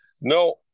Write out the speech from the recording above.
No